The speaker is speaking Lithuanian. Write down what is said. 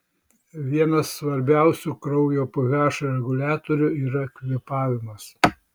vienas svarbiausių kraujo ph reguliatorių yra kvėpavimas